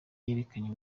yerekanye